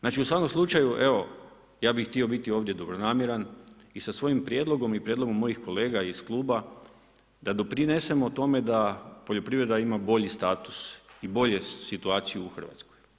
Znači u svakom slučaju evo ja bih htio biti ovdje dobronamjeran i sa svojim prijedlogom i prijedlogom mojih kolega iz kluba da doprinesemo tome da poljoprivreda ima bolji status i bolju situaciju u Hrvatskoj.